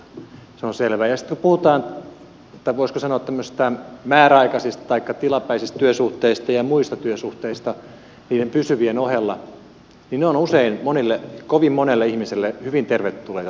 sitten kun puhutaan voisiko sanoa tämmöisistä määräaikaisista taikka tilapäisistä työsuhteista ja muista työsuhteista niiden pysyvien ohella niin ne ovat usein kovin monelle ihmiselle hyvin tervetulleita tilanteita